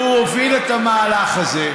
שר התיירות, הוא הוביל את המהלך הזה.